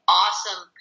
awesome